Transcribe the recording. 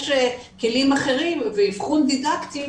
יש כלים אחרים ואבחון דידקטי,